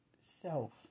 self